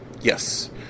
yes